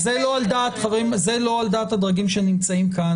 זה לא על דעת הדרגים שנמצאים כאן,